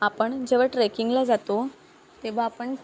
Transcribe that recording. आपण जेव्हा ट्रेकिंगला जातो तेव्हा आपण